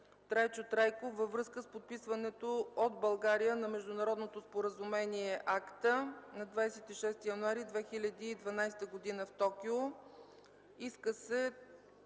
Трайчо Трайков във връзка с подписването от България на международното споразумение АСТА на 26 януари 2012 г. в Токио.